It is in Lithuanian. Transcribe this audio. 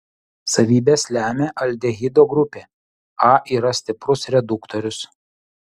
savybes lemia aldehido grupė a yra stiprus reduktorius